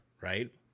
right